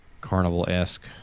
Carnival-esque